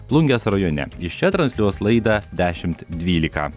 plungės rajone iš čia transliuos laidą dešimt dvylika